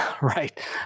Right